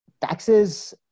taxes